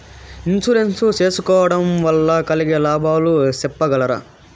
Insurance సేసుకోవడం వల్ల కలిగే లాభాలు సెప్పగలరా?